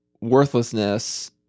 worthlessness